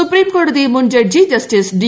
സുപ്രീംകോടതി മുൻ judge justice D